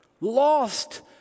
lost